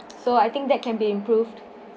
so I think that can be improved